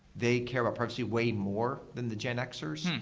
they care about privacy way more than the gen x-ers.